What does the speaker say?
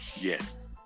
Yes